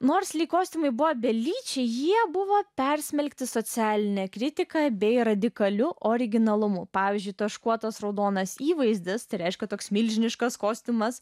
nors lyg kostiumai buvo belyčiai jie buvo persmelkti socialinę kritiką bei radikaliu originalumu pavyzdžiui taškuotas raudonas įvaizdis reiškia toks milžiniškas kostiumas